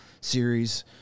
series